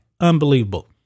Unbelievable